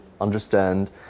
understand